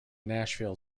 nashville